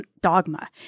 Dogma